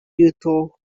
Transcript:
youthful